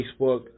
Facebook